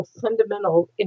Fundamental